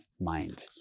mind